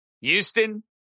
Houston